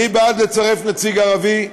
אני בעד לצרף נציג ערבי,